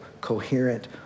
coherent